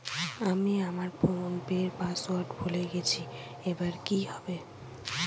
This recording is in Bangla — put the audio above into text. আমি আমার ফোনপের পাসওয়ার্ড ভুলে গেছি এবার কি হবে?